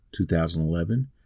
2011